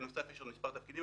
בנוסף יש לנו מספר תפקידים,